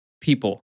people